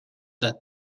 that